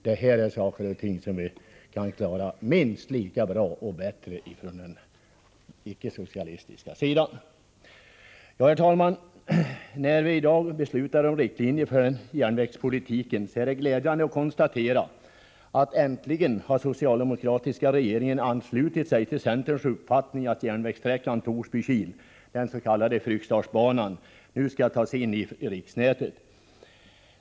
Det här är saker och ting som man kan klara minst lika bra, om inte bättre, med en icke-socialistisk regering. Herr talman! När vi i dag beslutar om riktlinjer för järnvägspolitiken är det glädjande att konstatera att den socialdemokratiska regeringen äntligen har anslutit sig till centerns uppfattning att järnvägssträckan Torsby-Kil, den s.k. Fryksdalsbanan, nu skall tas in i riksnätet.